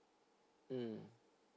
mm